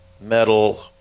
metal